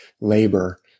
labor